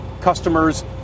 customers